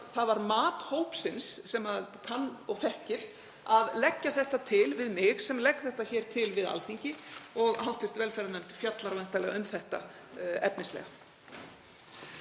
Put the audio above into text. það var mat hópsins, sem kann og þekkir, að leggja þetta til við mig og ég legg þetta hér til við Alþingi og hv. velferðarnefnd fjallar væntanlega efnislega